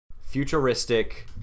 futuristic